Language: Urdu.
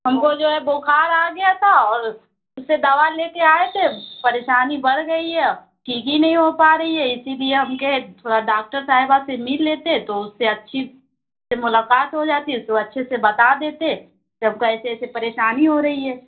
ہم کو جو ہے بُخار آ گیا تھا اور اُس سے دوا لے کے آئے تھے پریشانی بڑھ گئی ہے ٹھیک ہی نہیں ہو پا رہی ہے اِسی لیے ہم کہے تھوڑا ڈاکٹر صاحبہ سے مل لیتے تو اُس سے اچھی سے ملاقات ہو جاتی تو اچھے سے بتا دیتے کہ ہم کو ایسے ایسے پریشانی ہو رہی ہے